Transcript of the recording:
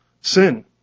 sin